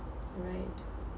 right